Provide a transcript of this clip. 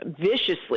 viciously